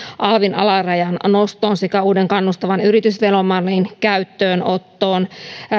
alvin alarajan nostoon sekä uuden kannustavan yritysveromallin käyttöönottoon